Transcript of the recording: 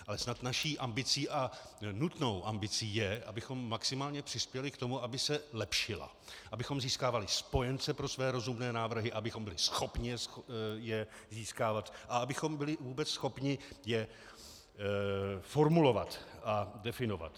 Ale snad naší ambicí, a nutnou ambicí, je, abychom maximálně přispěli k tomu, aby se lepšila, abychom získávali spojence pro své rozumné návrhy, abychom byli schopni je získávat a abychom byli vůbec schopni je formulovat a definovat.